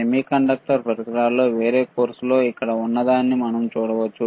semiconductor పరికరాల్లో వేరే కోర్సులో అక్కడ ఉన్నదాన్ని మనం చూడవచ్చు